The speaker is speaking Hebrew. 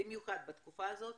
במיוחד בתקופה הזאת,